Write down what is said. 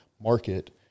market